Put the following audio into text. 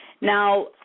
Now